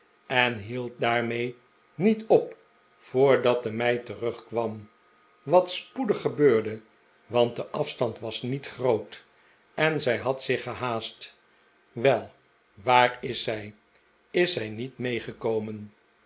en hield daarmee niet op voordat de meid terugkwam wat spoedig gebeurde want de afstand was niet groot en zij had zich gehaast wel waar is zij is zij niet meegekomen